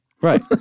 Right